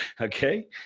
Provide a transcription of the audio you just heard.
Okay